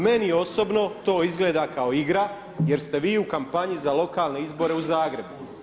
Meni osobno to izgleda kao igra jer ste vi u kampanji za lokalne izbore u Zagrebu.